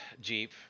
Jeep